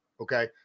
okay